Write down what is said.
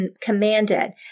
commanded